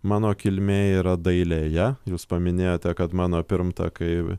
mano kilmė yra dailėje jūs paminėjote kad mano pirmtakai